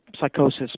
psychosis